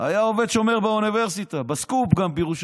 היה עובד שומר באוניברסיטה, גם בסקופ בירושלים.